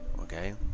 okay